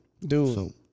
Dude